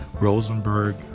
Rosenberg